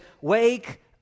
wake